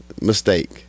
mistake